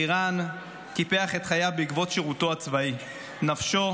אלירן קיפח את חייו בעקבות שירותו הצבאי, נפשו